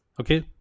okay